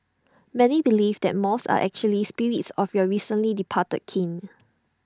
many believe that moths are actually spirits of your recently departed kin